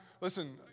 listen